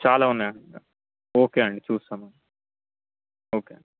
చాలా ఉన్నాయనుకుంటా ఓకే అండి చూస్తాము ఓకే అండి